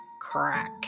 crack